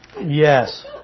Yes